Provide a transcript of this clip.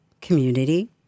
community